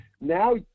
now